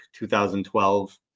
2012